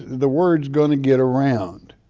the words gonna get around.